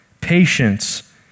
patience